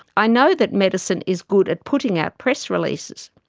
i know that medicine is good at putting out press releases.